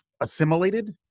assimilated